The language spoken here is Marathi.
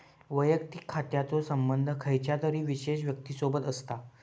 वैयक्तिक खात्याचो संबंध खयच्या तरी विशेष व्यक्तिसोबत असता